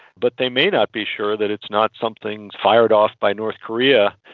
but they may not be sure that it's not something fired off by north korea,